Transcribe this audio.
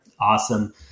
Awesome